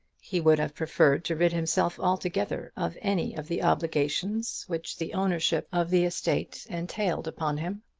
he would have preferred to rid himself altogether of any of the obligations which the ownership of the estate entailed upon him.